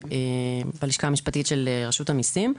מהלשכה המשפטית של רשות המיסים.